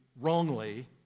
wrongly